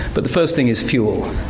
but the first thing is fuel.